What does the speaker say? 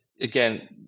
again